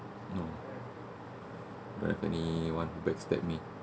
no don't have anyone to back stab me